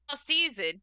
season